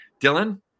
Dylan